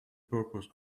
purpose